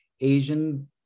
Asian